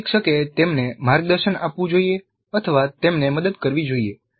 પ્રશિક્ષકે તેમને માર્ગદર્શન આપવું જોઈએ તેમને મદદ કરવી જોઈએ